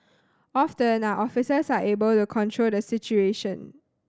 often our officers are able to control the situation